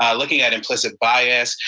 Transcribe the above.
um looking at implicit bias,